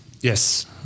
Yes